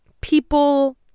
people